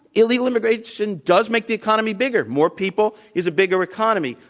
illegal immigration does make the economy bigger. more people is a bigger economy.